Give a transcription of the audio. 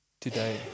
today